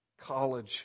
college